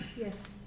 Yes